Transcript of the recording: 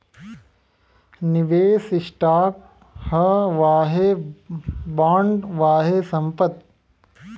निवेस स्टॉक ह वाहे बॉन्ड, वाहे संपत्ति